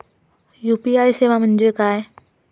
UPI सेवा म्हणजे काय?